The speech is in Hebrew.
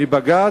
מבג"ץ,